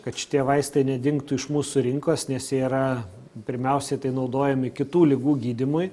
kad šitie vaistai nedingtų iš mūsų rinkos nes jie yra pirmiausiai tai naudojami kitų ligų gydymui